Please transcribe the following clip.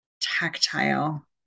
tactile